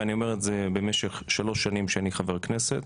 ואני אומר את זה במשך שלוש שנים שאני חבר כנסת,